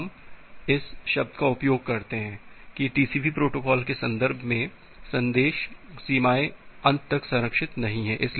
इसलिए हम इस शब्द का उपयोग करते हैं कि टीसीपी प्रोटोकॉल के संदर्भ में संदेश सीमाएं अंत तक संरक्षित नहीं हैं